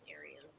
areas